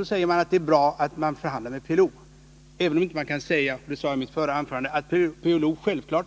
Det sägs att det är bra att man förhandlar med PLO, även om man inte kan hävda — det framhöll jag i mitt förra anförande — att PLO